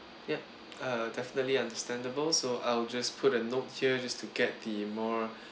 yup uh definitely understandable so I will just put a note here just to get the more